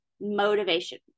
motivation